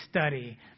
study